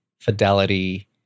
fidelity